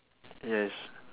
yes